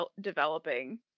developing